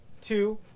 two